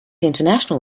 international